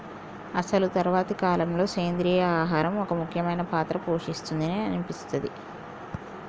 అసలు తరువాతి కాలంలో, సెంద్రీయ ఆహారం ఒక ముఖ్యమైన పాత్ర పోషిస్తుంది అని అనిపిస్తది